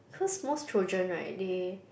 cause most children right they